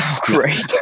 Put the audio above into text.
Great